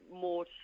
more